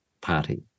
party